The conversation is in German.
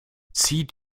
zieht